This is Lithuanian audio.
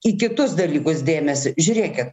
į kitus dalykus dėmesį žiūrėkit